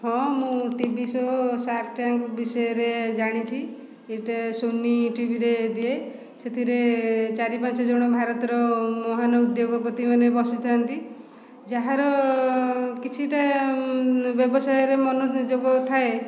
ହଁ ମୁଁ TV show Shark Tank ବିଷୟରେ ଜାଣିଛି ଏଇଟା ସୋନୀ ଟିଭି ରେ ଦିଏ ସେଥିରେ ଚାରି ପାଞ୍ଚ ଜଣ ଭାରତର ମହାନ ଉଦ୍ୟୋଗପତିମାନେ ବସିଥାନ୍ତି ଯାହାର କିଛିଟା ବ୍ୟବସାୟରେ ମନୋଯୋଗ ଥାଏ